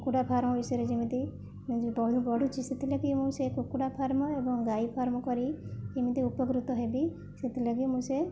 କୁକୁଡ଼ା ଫାର୍ମ ବିଷୟରେ ଯେମିତି ମୁଁ ଯେଉଁ ବହି ପଢ଼ୁଛି ସେଥିଲାଗି ମୁଁ ସେ କୁକୁଡ଼ା ଫାର୍ମ ଏବଂ ଗାଈ ଫାର୍ମ କରି କେମିତି ଉପକୃତ ହେବି ସେଥିଲାଗି ମୁଁ ସେ